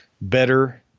better